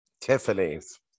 Tiffany's